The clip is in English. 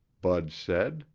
bud said,